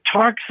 talks